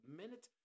minute